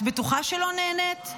את בטוחה שלא נהנית?